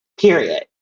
period